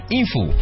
info